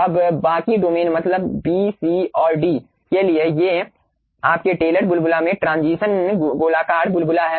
अब बाकी डोमेन मतलब बी सी और डी के लिए ये आपके टेलर बुलबुला में ट्रांजीशनल गोलाकार बुलबुला हैं